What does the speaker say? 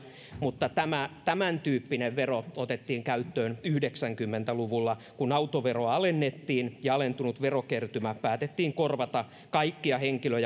mutta tämäntyyppinen vero otettiin käyttöön yhdeksänkymmentä luvulla kun autoveroa alennettiin ja alentunut verokertymä päätettiin korvata kaikkia henkilö